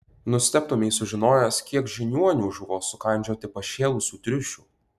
nustebtumei sužinojęs kiek žiniuonių žuvo sukandžioti pašėlusių triušių